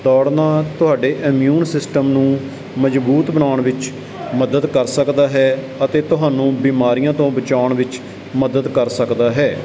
ਦੌੜਨਾ ਤੁਹਾਡੇ immune system ਨੂੰ ਮਜ਼ਬੂਤ ਬਣਾਉਣ ਵਿੱਚ ਮਦਦ ਕਰ ਸਕਦਾ ਹੈ ਅਤੇ ਤੁਹਾਨੂੰ ਬਿਮਾਰੀਆਂ ਤੋਂ ਬਚਾਉਣ ਵਿੱਚ ਮਦਦ ਕਰ ਸਕਦਾ ਹੈ